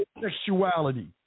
sexuality